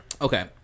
Okay